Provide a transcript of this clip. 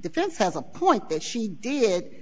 defense has a point that she did